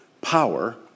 power